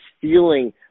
feeling